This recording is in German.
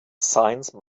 science